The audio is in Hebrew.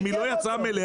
אם היא לא יצאה מלאה,